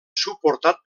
suportat